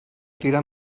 tirar